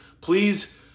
Please